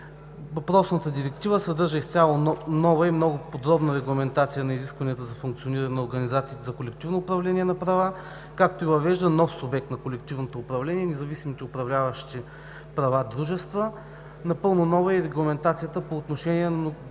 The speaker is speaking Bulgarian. Въпросната Директива съдържа изцяло нова и много подробна регламентация на изискванията за функциониране на организациите за колективно управление на права, както и въвеждане на нов субект на колективното управление – независимите управляващи права дружества. Напълно нова е и регламентацията по отношение